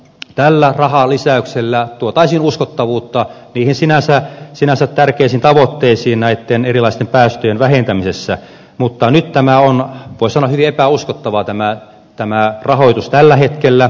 tällä rahalisäyksellä tuotaisiin uskottavuutta niihin sinänsä tärkeisiin tavoitteisiin näitten erilaisten päästöjen vähentämisessä mutta nyt tämä rahoitus on voisi sanoa hyvin epäuskottavaa tällä hetkellä